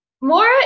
Mora